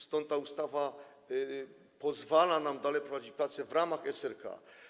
Stąd ta ustawa pozwala nam dalej prowadzić prace w ramach SRK.